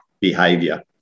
behavior